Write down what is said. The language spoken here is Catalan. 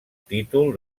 títol